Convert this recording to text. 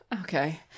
Okay